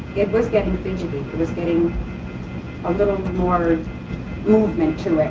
it was getting fidgety. it was getting a little more movement to it,